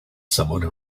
someone